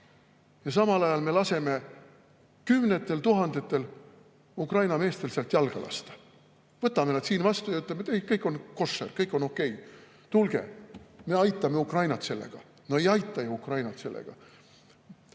aga samal ajal laseme kümnetel tuhandetel Ukraina meestel sealt jalga lasta. Võtame nad siin vastu ja ütleme, et ei, kõik on koššer, kõik on okei, tulge. Kas me aitame Ukrainat sellega? No ei aita ju Ukrainat sellega!